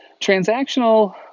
Transactional